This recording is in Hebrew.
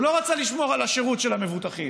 הוא לא רצה לשמור על השירות של המבוטחים,